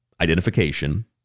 identification